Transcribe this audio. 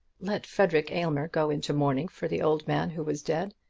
let frederic aylmer go into mourning for the old man who was dead.